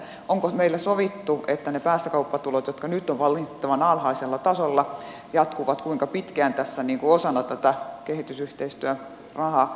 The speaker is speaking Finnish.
onko meillä sovittu kuinka pitkään ne päästökauppatulot jotka nyt ovat valitettavan alhaisella tasolla jatkuvat tässä osana tätä kehitysyhteistyörahaa